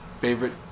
favorite